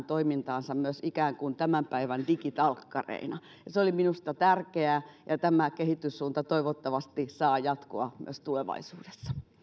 toimintaansa myös ikään kuin tämän päivän digitalkkareina se oli minusta tärkeää ja tämä kehityssuunta toivottavasti saa jatkoa myös tulevaisuudessa